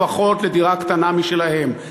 לפחות לדירה קטנה משלהם,